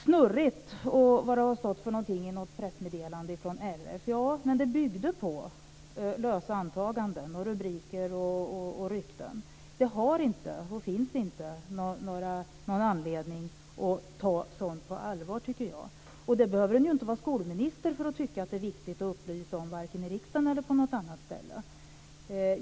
Snurrigt eller något sådant har det stått i ett pressmeddelande från RF. Ja, men det byggde på lösa antaganden, rubriker och rykten. Det har inte funnits och finns inte någon anledning att ta sådant på allvar, tycker jag. Man behöver inte vara skolminister för att tycka att det är viktigt att upplysa om det i riksdagen eller på något annat ställe.